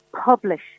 publish